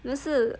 那是